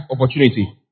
opportunity